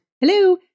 hello